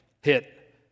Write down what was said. hit